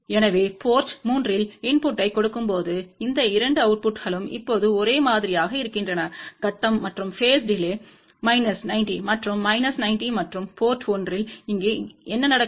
எனவே போர்ட் 3 இல் இன்புட்டைக் கொடுக்கும்போது இந்த 2 அவுட்புட்களும் இப்போது ஒரே மாதிரியாக இருக்கின்றன கட்டம் மற்றும் பேஸ் டிலே மைனஸ் 90 மற்றும் மைனஸ் 90 மற்றும் போர்ட் 1 இல் இங்கே என்ன நடக்கும்